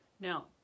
Now